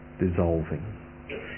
dissolving